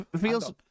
feels